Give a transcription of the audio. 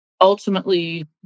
ultimately